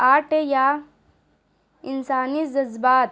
art یا انسانی جذبات